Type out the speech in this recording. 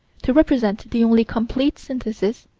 to represent the only complete synthesis,